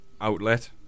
outlet